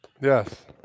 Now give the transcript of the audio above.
Yes